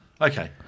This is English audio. Okay